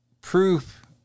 proof